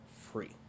free